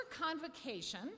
convocation